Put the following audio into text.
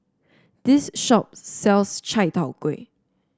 this shop sells Chai Tow Kway